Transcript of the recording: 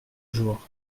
jours